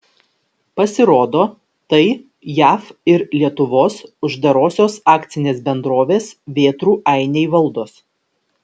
pasirodo tai jav ir lietuvos uždarosios akcinės bendrovės vėtrų ainiai valdos